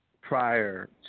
prior